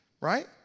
right